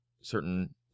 certain